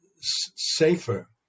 safer